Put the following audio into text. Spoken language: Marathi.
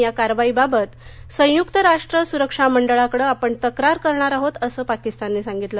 या कारवाईबाबत संयुक्त राष्ट्र सुरक्षा मंडळाकडे आपण तक्रार करणार आहोत असं पाकिस्ताननं सांगितलं